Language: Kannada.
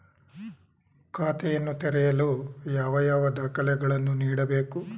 ಖಾತೆಯನ್ನು ತೆರೆಯಲು ಯಾವ ಯಾವ ದಾಖಲೆಗಳನ್ನು ನೀಡಬೇಕು?